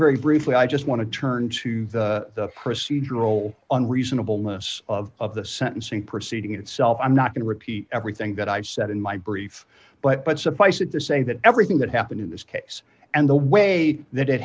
very briefly i just want to turn to the procedural on reasonable most of the sentencing proceeding itself i'm not going to repeat everything that i've said in my brief but but suffice it to say that everything that happened in this case and the way that it